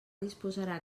disposarà